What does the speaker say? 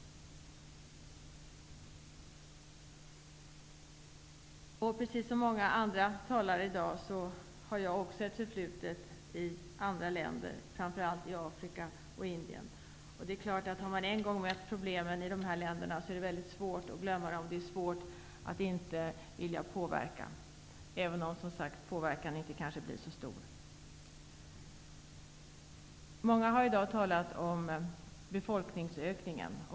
Precis som många andra talare här i dag har jag också ett förflutet i andra länder, framför allt i Afrika och Indien. Har man en gång mött problemen i dessa länder är det svårt att glömma dem. Det är svårt att inte vilja påverka, även om påverkan inte blir så stor. Många har i dag talat om befolkningsökningen.